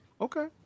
Okay